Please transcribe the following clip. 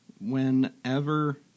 whenever